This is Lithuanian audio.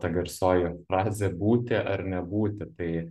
ta garsioji frazė būti ar nebūti tai